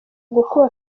gukuba